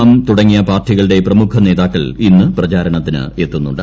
M തുടങ്ങിയ പാർട്ടികളുടെ പ്രമുഖ നേതാക്കൾ ഇന്ന് പ്രചാരണത്തിനെത്തുന്നുണ്ട്